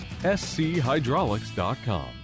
SCHydraulics.com